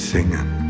Singing